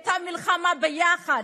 את המלחמה ביחד.